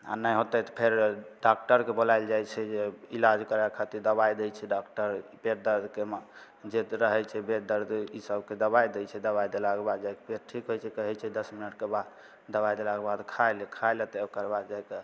आ नहि होतै तऽ फेर डाक्टरके बुलाएल जाइ छै जे ईलाज करऽ खातिर दवाइ दै छै डाक्टर पेट दर्दके जे रहैत छै पेट दर्द ईसबके दवाइ दै छै दवाइ देलाके बाद जा कऽ पेट ठीक होइ छै कहैत छै दश मिनटके बाद दवाइ देलाके बाद खाइ लऽ खाइ लेतै ओकर बाद जाइ कऽ